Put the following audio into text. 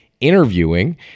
interviewing